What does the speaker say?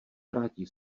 vrátí